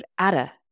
Ada